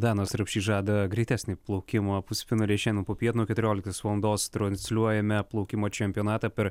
danas rapšys žada greitesnį plaukimą pusfinaly šiandien popiet nuo keturioliktos valandos transliuojame plaukimo čempionatą per